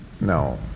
No